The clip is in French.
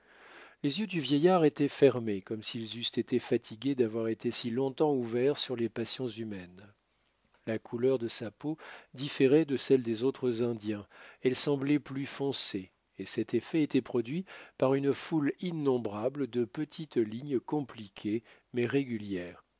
les yeux du vieillard étaient fermés comme s'ils eussent été fatigués d'avoir été si longtemps ouverts sur les passions humaines la couleur de sa peau différait de celle des autres indiens elle semblait plus foncée et cet effet était produit par une foule innombrable de petites lignes compliquées mais régulières